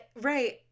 right